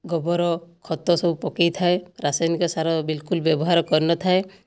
ଗୋବର ଖତ ସବୁ ପକାଇଥାଏ ରାସାୟନିକ ସାର ବିଲକୁଲ ବ୍ୟବହାର କରିନଥାଏ